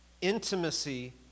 Intimacy